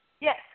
Yes